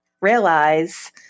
realize